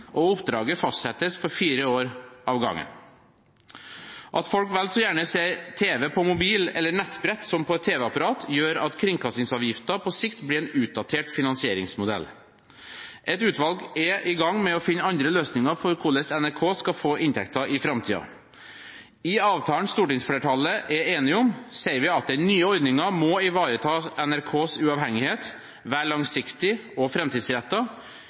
og oppdraget fastsettes for fire år om gangen. At folk vel så gjerne ser tv på mobil eller nettbrett som på et tv-apparat, gjør at kringkastingsavgiften på sikt blir en utdatert finansieringsmodell. Et utvalg er i gang med å finne andre løsninger for hvordan NRK skal få inntekter i framtiden. I avtalen stortingsflertallet er enig om, sier vi at den nye ordningen må: «– ivareta NRKs uavhengighet – være langsiktig og